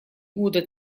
года